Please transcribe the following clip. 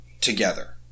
Together